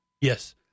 Yes